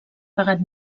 pagat